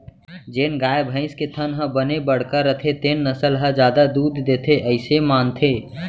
जेन गाय, भईंस के थन ह बने बड़का रथे तेन नसल ह जादा दूद देथे अइसे मानथें